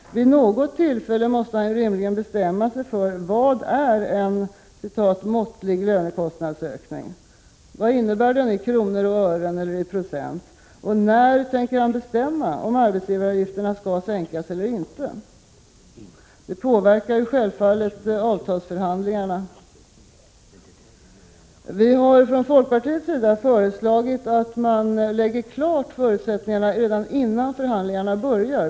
Vid något tillfälle måste han ju rimligen bestämma sig för vad en måttlig lönekostnadsökning är. Vad innebär den i kronor och ören eller procent? När tänker han bestämma om arbetsgivaravgifterna skall sänkas eller inte? Detta påverkar självfallet avtalsförhandlingarna. Vi har från folkpartiets sida föreslagit att förutsättningarna läggs fast redan innan förhandlingarna börjar.